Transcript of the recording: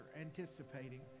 anticipating